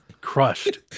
crushed